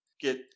get